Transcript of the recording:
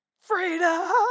freedom